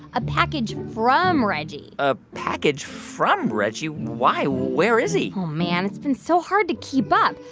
a package from reggie a package from reggie why? where is he? oh, man, it's been so hard to keep up.